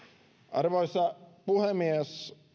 arvoisa puhemies